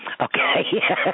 Okay